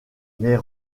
mais